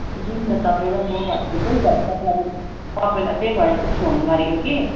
जाऊँ न तपाईँ र म भनेर चाहिँ त्यही भएर तपाईँलाई मैले तपाईँलाई त्यही भएर चाहिँ फोन गरेको कि